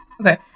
Okay